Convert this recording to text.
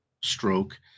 stroke